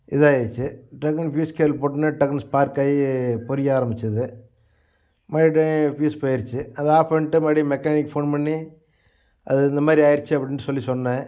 இதாக ஆகிருச்சி டக்குனு பியுஸ்கேல் போட்டோனே டக்குனு ஸ்பார்க் ஆகி பொரிய ஆரம்பிச்சிது மறுபடியும் பியுஸ் போயிடுச்சி அதை ஆஃப் பண்ணிட்டு மறுபடியும் மெக்கானிக் ஃபோன் பண்ணி அது இந்த மாதிரி ஆகிருச்சி அப்படின்னு சொல்லி சொன்னேன்